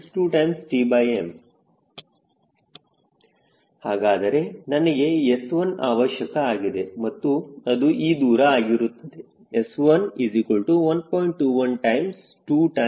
212WSCLTO2Tm ಹಾಗಾದರೆ ನನಗೆ S1 ಅವಶ್ಯಕ ಆಗಿದೆ ಮತ್ತು ಅದು ಈ ದೂರ ಆಗಿರುತ್ತದೆ s11